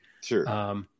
sure